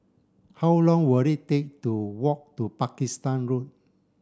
how long will it take to walk to Pakistan Road